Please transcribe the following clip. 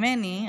ממני,